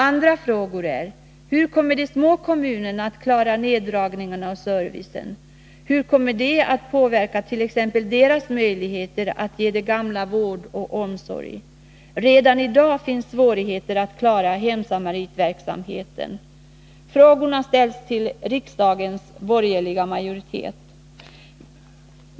Andra frågor är: Hur kommer de små kommunerna att klara neddragningarna och servicen? Hur kommer det att påverka t.ex. deras möjligheter att ge de gamla vård och omsorg? Redan i dag finns svårigheter att klara hemsamaritverksamheten. Frågorna ställs till riksdagens borgerliga majoritet.